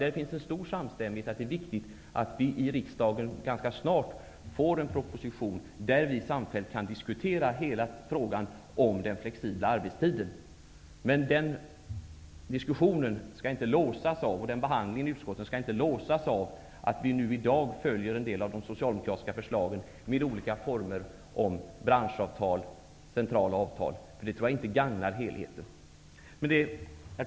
Här finns alltså en stor samstämmighet om att det är viktigt att riksdagen ganska snart får en proposition så att vi kan diskutera hela frågan om flexibel arbetstid. Men behandlingen av den propostionen bör inte låsas genom att vi i dag följer de socialdemoratiska förslagen om olika former av branschavtal och centrala avtal. Det tror jag inte skulle gagna helheten. Herr talman!